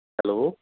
hello